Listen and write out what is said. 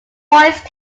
voice